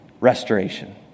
restoration